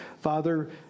Father